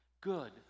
good